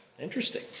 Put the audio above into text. Interesting